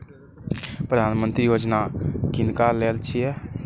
प्रधानमंत्री यौजना किनका लेल छिए?